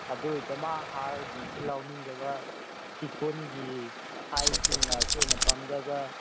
ꯑꯗꯨꯒꯤꯗꯃꯛ ꯍꯥꯔꯒꯤꯁꯤ ꯂꯧꯅꯤꯡꯗꯕ ꯁꯤ ꯈꯨꯟꯒꯤ ꯍꯩꯁꯤꯡꯅ ꯑꯩꯈꯣꯏꯅ ꯄꯥꯝꯖꯕ